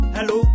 Hello